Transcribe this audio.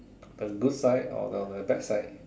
of a good side or a bad side